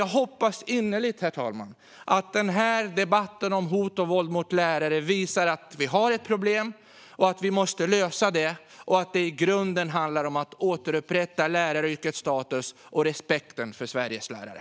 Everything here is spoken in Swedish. Jag hoppas innerligt att den här debatten om hot och våld mot lärare visar att vi har ett problem och att vi måste lösa det. Det handlar i grunden om att återupprätta läraryrkets status och respekten för Sveriges lärare.